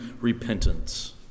repentance